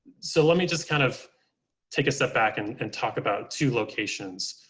so let me just kind of take a step back and and talk about two locations,